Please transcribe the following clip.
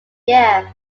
year